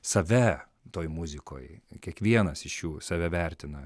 save toj muzikoj kiekvienas iš jų save vertina